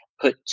put